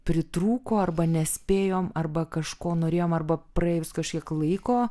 pritrūko arba nespėjom arba kažko norėjom arba praėjus kažkiek laiko